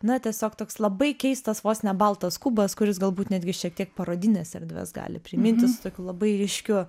na tiesiog toks labai keistas vos ne baltas kubas kuris galbūt netgi šiek tiek parodinės erdves gali priminti su tokiu labai ryškiu